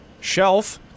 shelf